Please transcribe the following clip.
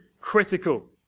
critical